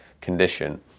condition